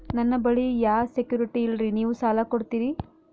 ನನ್ನ ಬಳಿ ಯಾ ಸೆಕ್ಯುರಿಟಿ ಇಲ್ರಿ ನೀವು ಸಾಲ ಕೊಡ್ತೀರಿ?